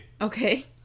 okay